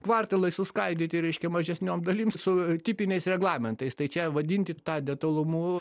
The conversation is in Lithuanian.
kvartalai suskaidyti reiškia mažesniom dalim su tipiniais reglamentais tai čia vadinti tą detalumu